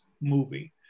movie